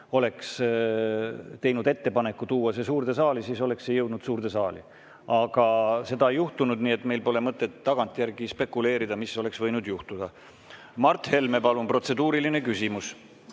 oleks teinud ettepaneku tuua see suurde saali, siis oleks see jõudnud suurde saali. Aga seda ei juhtunud, nii et meil pole mõtet tagantjärele spekuleerida, mis oleks võinud juhtuda. Mart Helme, palun! Protseduuriline küsimus.